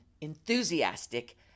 enthusiastic